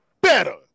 better